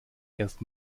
erst